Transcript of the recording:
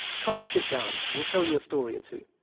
come and sit down. we'll tell you a story or two.